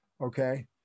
okay